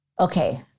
okay